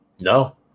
No